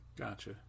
Gotcha